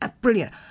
Brilliant